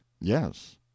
yes